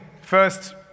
first